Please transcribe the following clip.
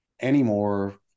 anymore